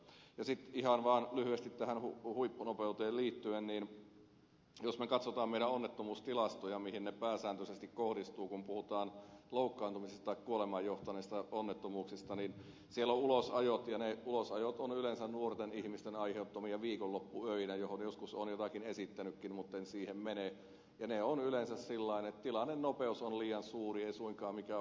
ja sitten ihan vaan lyhyesti tähän huippunopeuteen liittyen niin jos me katsomme meidän onnettomuustilastoja mihin ne pääsääntöisesti kohdistuvat kun puhutaan loukkaantumisista tai kuolemaan johtaneista onnettomuuksista niin siellä on ulosajot ja ne ulosajot ovat yleensä nuorten ihmisten aiheuttamia viikonloppuöinä johon olen joskus jotakin esittänytkin mutta en siihen mene ja ne ovat yleensä sillä lailla että tilannenopeus on liian suuri ei suinkaan mikään huippunopeus